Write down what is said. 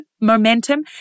Momentum